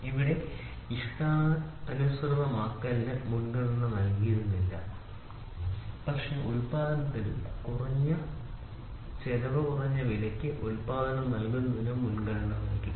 ഇവിടെ ഇഷ്ടാനുസൃതമാക്കലിന് മുൻഗണന നൽകിയിരുന്നില്ല പക്ഷേ ഉൽപാദനത്തിനും കുറഞ്ഞ സാമ്പത്തിക വിലയ്ക്ക് ഉൽപ്പന്നം നൽകുന്നതിനും മുൻഗണന നൽകി